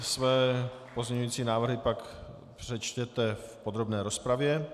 Své pozměňovací návrhy pak přečtěte v podrobné rozpravě.